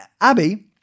Abby